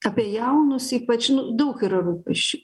apie jaunus ypač daug yra rūpesčiai